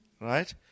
right